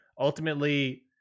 ultimately